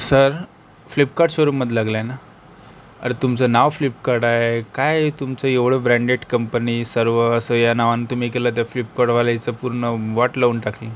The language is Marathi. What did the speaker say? सर फ्लिपकार्ट शोरुममध्ये लागलाय ना अरे तुमचं नाव फ्लिपकार्ट आहे काय तुमचं एवढं ब्रॅंडेड कंपनी सर्व असं या नावाने तुम्ही एखाद्याला फ्लिपकार्टला पूर्ण वाट लावून टाकली